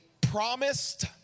promised